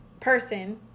person